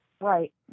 Right